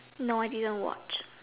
no I didn't watch